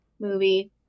movie